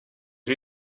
aux